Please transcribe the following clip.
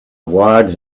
wired